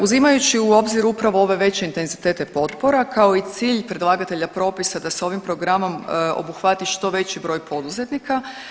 Uzimajući u obzir upravo ove veće intenzitete potpora kao i cilj predlagatelja propisa da se ovim programom obuhvati što veći broj poduzetnika.